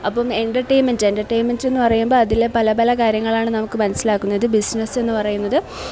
അപ്പം എൻറ്റർറ്റെയിൻമെൻറ്റ് എൻറ്റർറ്റെയിൻമെൻറ്റെന്ന് പറയുമ്പം അതിൽ പല പല കാര്യങ്ങളാണ് നമുക്ക് മനസ്സിലാക്കുന്നത് ബിസിനസ്സെന്ന് പറയുന്നത്